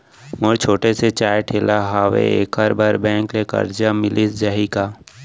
मोर छोटे से चाय ठेला हावे एखर बर बैंक ले करजा मिलिस जाही का?